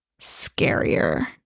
scarier